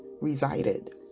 resided